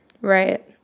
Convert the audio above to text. Right